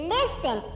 Listen